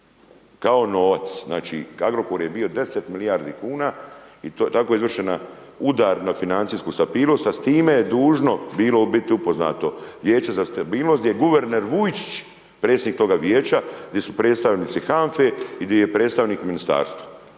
kao novac, znači, Agrokor je bio 10 milijardi kuna i tako je izvršena udar na financijsku stabilnost, a s time je dužno bilo u biti upoznato vijeće za stabilnost gdje je guverner Vujčić, predsjednik toga vijeća, gdje su predstavnici HANFA-e i gdje je predstavnik ministarstva.